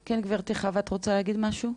כן, גברתי חוה, את רוצה להגיד משהו?